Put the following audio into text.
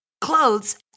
clothes